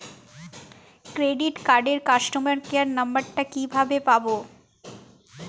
Credit কার্ডের customer care number টা কিভাবে পাবো?